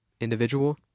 individual